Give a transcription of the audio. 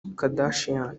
kardashian